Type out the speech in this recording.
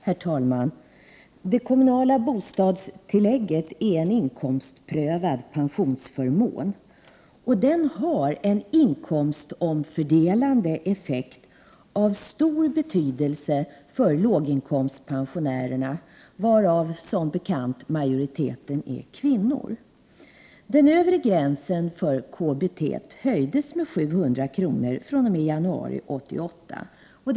Herr talman! Det kommunala bostadstillägget är en inkomstprövad pensionsförmån. Det har en inkomstomfördelande effekt av stor betydelse för låginkomstpensionärerna, varav majoriteten som bekant är kvinnor. Den övre gränsen för KBT höjdes med 700 kr. fr.o.m. januari 1988.